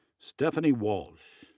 stefanie walsh,